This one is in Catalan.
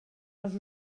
els